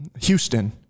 Houston